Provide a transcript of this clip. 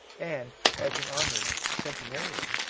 and, as an honoured centenarian,